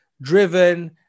driven